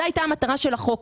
זו היתה מטרת החוק.